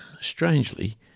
strangely